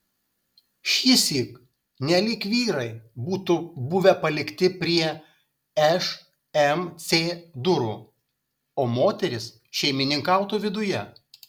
šįsyk nelyg vyrai būtų buvę palikti prie šmc durų o moterys šeimininkautų viduje